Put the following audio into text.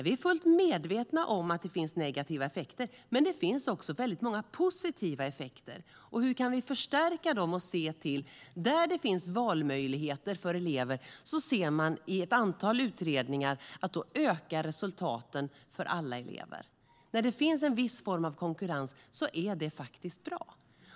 Vi är fullt medvetna om att det finns negativa effekter, men det finns också väldigt många positiva effekter. Hur kan vi förstärka dem? Där det finns valmöjligheter för elever ser man i ett antal utredningar att resultaten ökar för alla elever. När det finns en viss form av konkurrens är det faktiskt bra.